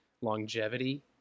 longevity